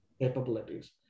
capabilities